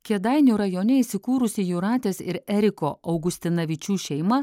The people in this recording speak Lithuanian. kėdainių rajone įsikūrusi jūratės ir eriko augustinavičių šeima